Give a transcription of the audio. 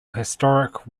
historic